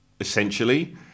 essentially